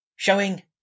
Showing